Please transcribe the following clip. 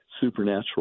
supernatural